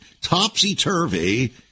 topsy-turvy